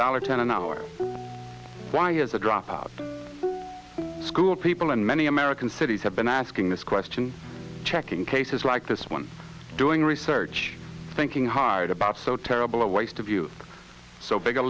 dollar ten an hour why is a drop out of school people in many american cities have been asking this question checking cases like this one doing research thinking hard about so terrible a waste of youth so big a